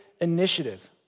initiative